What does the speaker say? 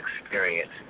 experience